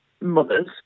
mothers